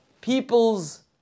people's